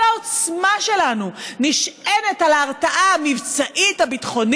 כל העוצמה שלנו נשענים על ההרתעה המבצעית-הביטחונית,